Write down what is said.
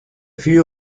few